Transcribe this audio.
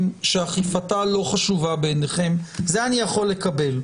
שאכיפתה לא חשובה בעיניכם זה אני יכול לקבל,